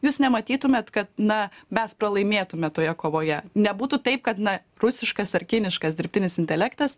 jūs nematytumėt kad na mes pralaimėtume toje kovoje nebūtų taip kad na rusiškas ar kiniškas dirbtinis intelektas